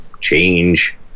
change